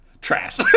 Trash